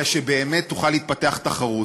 אלא שבאמת תוכל להתפתח תחרות.